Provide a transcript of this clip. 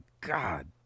God